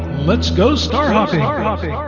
let's go star um hopping! ah